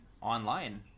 online